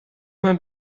man